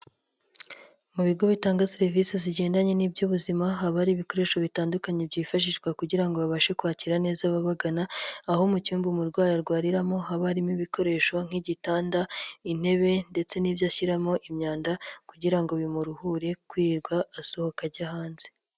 Mu bigo bitanga serivisi zigendanye n'iby'ubuzima, haba ari ibikoresho bitandukanye byifashishwa kugira ngo babashe kwakira neza abagana, aho mu cyumba umurwayi arwariramo habamo ibikoresho nk'igitanda, intebe ndetse n'ibyo ashyiramo imyanda kugira ngo bimuruhure kwirirwa asohoka ajya hanze.